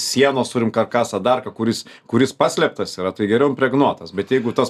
sienos turim karkasą dar ką kuris kuris paslėptas yra tai geriau impregnuotas bet jeigu tas